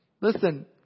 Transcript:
Listen